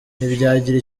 ntibyagira